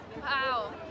Wow